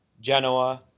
Genoa